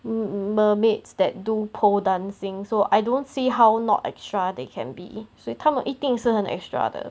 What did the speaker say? mm mm mermaids that do pole dancing so I don't see how not extra they can be 所以他们一定是很 extra 的